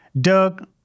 Doug